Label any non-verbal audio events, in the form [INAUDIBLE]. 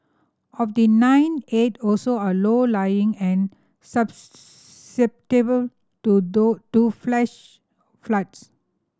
of the nine eight also are low lying and [UNINTELLIGIBLE] to do do flash floods